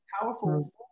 powerful